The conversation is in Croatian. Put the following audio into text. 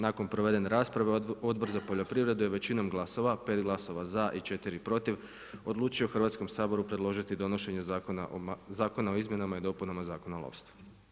Nakon provedene rasprave Odbor za poljoprivredu je većinom glasova 5 glasova za i 4 protiv odlučio Hrvatskom saboru predložiti donošenje Zakona o izmjenama i dopunama Zakona o lovstvu.